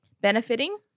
benefiting